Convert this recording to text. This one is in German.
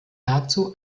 dazu